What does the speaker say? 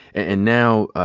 and now,